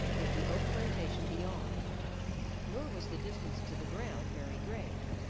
with the oak-plantation beyond nor was the distance to the ground very great.